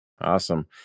Awesome